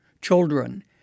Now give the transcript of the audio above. Children